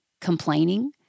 complaining